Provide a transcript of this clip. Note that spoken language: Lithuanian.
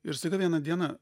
ir staiga vieną dieną